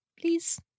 please